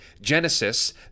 genesis